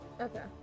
Okay